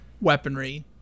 weaponry